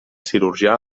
cirurgià